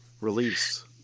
release